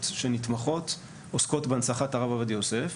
שנתמכות עוסקות בהנצחת הרב עובדיה יוסף.